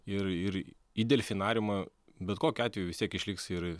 ir ir į delfinariumą bet kokiu atveju vis tiek išliks ir